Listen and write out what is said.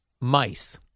Mice